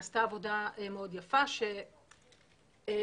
עשה עבודה מאוד יפה, שמרככת